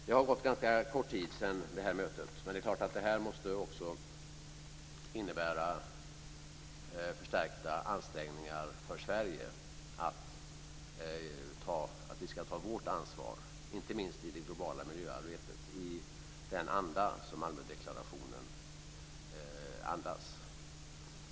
Det har gått ganska kort tid sedan det här mötet, men det är klart att det här också måste innebära förstärkta ansträngningar för Sverige när det gäller att vi ska ta vårt ansvar, inte minst i det globala miljöarbetet, i Malmödeklarationens anda.